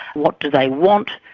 what do they want,